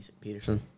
Peterson